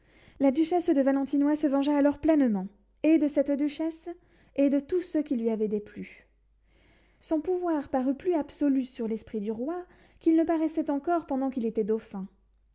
la duchesse de valentinois se vengea alors pleinement et de cette duchesse et de tous ceux qui lui avaient déplu son pouvoir parut plus absolu sur l'esprit du roi qu'il ne paraissait encore pendant qu'il était dauphin